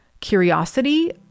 curiosity